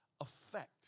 effect